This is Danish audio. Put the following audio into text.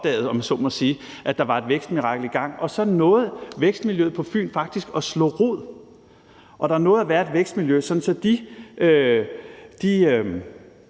at der var et vækstmirakel i gang, og så nåede vækstmiljøet på Fyn faktisk at slå rod, og der nåede at være et vækstmiljø, sådan